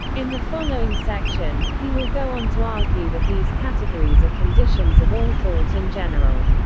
in the following section, he will go on to argue that these categories are conditions of all thought in general.